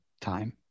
time